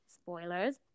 spoilers